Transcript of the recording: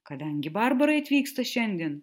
kadangi barbarai atvyksta šiandien